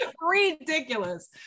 ridiculous